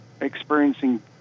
experiencing